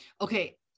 okay